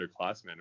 underclassmen